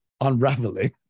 unraveling